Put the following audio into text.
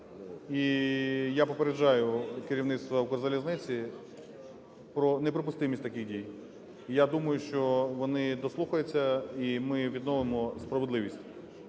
я попереджаю керівництво "Укрзалізниці" про неприпустимість таких дій. І я думаю, що вони дослухаються, і ми відновимо справедливість.